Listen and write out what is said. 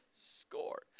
Score